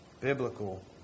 biblical